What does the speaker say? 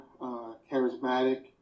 charismatic